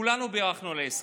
כולנו בירכנו על ההסכם.